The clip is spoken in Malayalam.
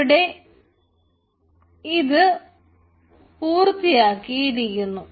ഇവിടെ അത് പൂർത്തിയായിരിക്കുന്നു